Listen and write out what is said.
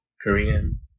Korean